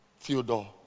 Theodore